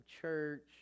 church